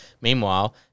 Meanwhile